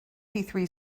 three